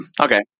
Okay